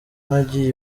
nagiye